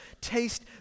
taste